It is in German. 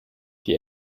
die